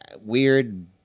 weird